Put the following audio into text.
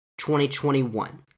2021